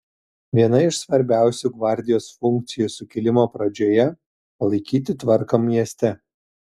viena iš svarbiausių gvardijos funkcijų sukilimo pradžioje palaikyti tvarką mieste